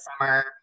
summer